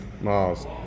Miles